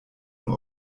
nur